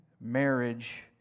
marriage